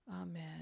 amen